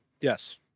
yes